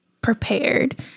prepared